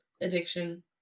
addiction